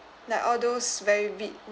like all those very big